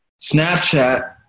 Snapchat